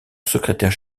secrétaire